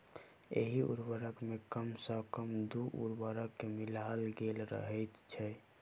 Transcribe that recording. एहि उर्वरक मे कम सॅ कम दू उर्वरक के मिलायल गेल रहैत छै